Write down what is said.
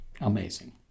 amazing